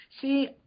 See